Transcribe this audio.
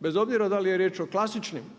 bez obzira da li je riječ o klasičnim